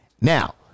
Now